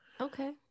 okay